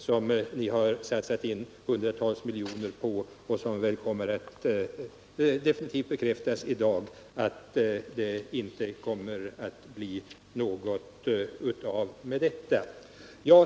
På det projektet har satsats hundratals miljoner, och att det inte kommer att bli någonting av det kommer väl att definitivt bekräftas genom beslutet i dag.